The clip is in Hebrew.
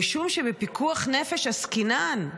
משום שבפיקוח נפש עסקינן,